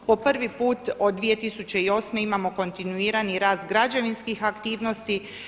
Po prvi put od 2008. imamo kontinuirani rast građevinskih aktivnosti.